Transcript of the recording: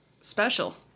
special